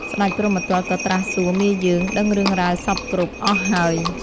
ស្តេចព្រហ្មទត្តក៏ត្រាស់សួរមាយើងដឹងរឿងរ៉ាវសព្វគ្រប់អស់ហើយ។